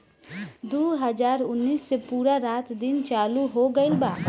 दु हाजार उन्नीस से पूरा रात दिन चालू हो गइल बा